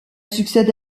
succède